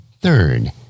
Third